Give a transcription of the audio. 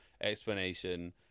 explanation